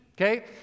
okay